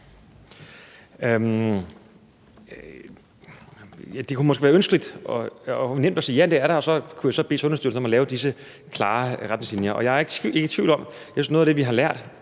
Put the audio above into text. Det kunne måske være ønskeligt og nemt at sige, at det er der, og så kunne jeg bede Sundhedsstyrelsen om at lave disse klare retningslinjer. Noget af det, jeg har konstateret og også lært